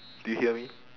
did you hear me